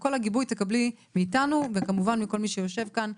כל הגיבוי תקבלי מאתנו וכמובן מכל מי שיושב כאן.